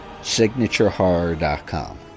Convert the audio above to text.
Signaturehorror.com